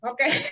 Okay